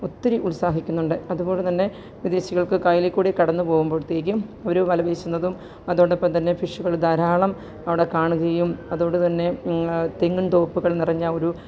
ഒത്തിരി ഉത്സാഹിക്കുന്നുണ്ട് അതുപോലെ തന്നെ വിദേശികള്ക്ക് കായലിൽക്കൂടി കടന്നുപോകുമ്പോഴത്തേക്കും ഒരു വല വീശുന്നതും അതോടൊപ്പം തന്നെ ഫിഷുകൾ ധാരാളം അവിടെ കാണുകയും അതുകൊണ്ട് തന്നെ തെങ്ങിന്തോപ്പുകള് നിറഞ്ഞ ഒരു